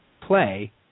play